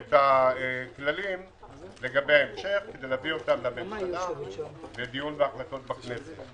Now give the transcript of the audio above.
את הכללים לגבי ההמשך כדי להביא אותם לממשלה לדיון והחלטות בכנסת.